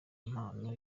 impano